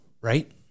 right